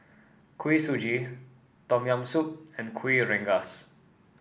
Kuih Suji Tom Yam Soup and Kuih Rengas